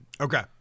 Okay